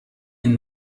این